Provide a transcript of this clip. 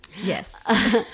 Yes